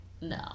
no